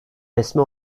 resmi